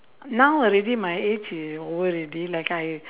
now already my age is over already like I